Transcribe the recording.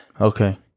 Okay